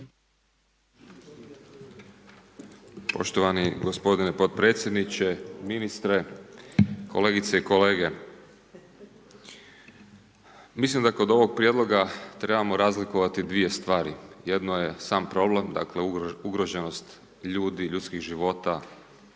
Poštovani gospodine podpredsjedniče, ministre, kolegice i kolege. Mislim da kod ovog prijedloga trebamo razlikovati dvije stvari. Jedno je sam problem, dakle ugroženost ljudi, ljudskih života